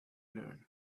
learn